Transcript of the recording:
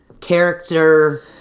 character